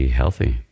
healthy